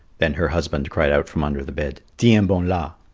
then her husband cried out from under the bed tiens-bon-la,